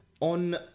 On